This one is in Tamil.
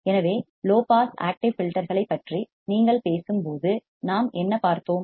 எனவே லோ பாஸ் ஆக்டிவ் ஃபில்டர் களைப் பற்றி நீங்கள் பேசும்போது நாம் என்ன பார்த்தோம்